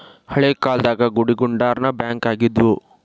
ಹಳೇ ಕಾಲ್ದಾಗ ಗುಡಿಗುಂಡಾರಾನ ಬ್ಯಾಂಕ್ ಆಗಿದ್ವು